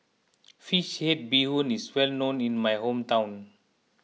Fish Head Bee Hoon is well known in my hometown